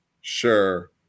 Sure